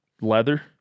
leather